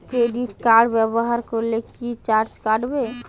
Credit card ব্যাবহার করলে কি চার্জ কাটবে?